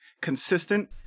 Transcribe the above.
consistent